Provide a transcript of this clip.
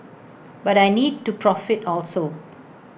but I need to profit also